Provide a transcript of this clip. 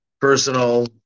personal